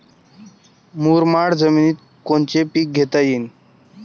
मुरमाड जमिनीत कोनचे पीकं घेता येईन?